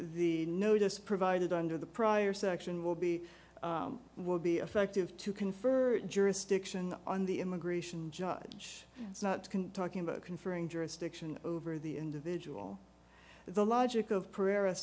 notice provided under the prior section will be will be affective to confer jurisdiction on the immigration judge not can talking about conferring jurisdiction over the individual the logic of prayer a